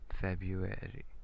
February